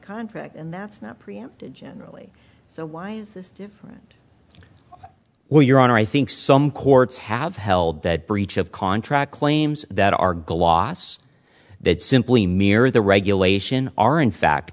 contract and that's not preempt generally so why is this different well your honor i think some courts have held that breach of contract claims that are gloss that simply mirror the regulation are in fact